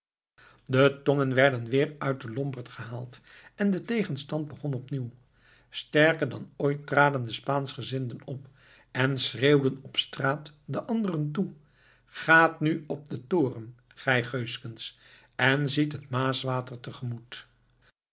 de tongen werden weer uit den lomberd gehaald en de tegenstand begon opnieuw sterker dan ooit traden de spaanschgezinden op en schreeuwden op straat de anderen toe gaat nu op den toren gij geuskens en ziet het maaswater te gemoet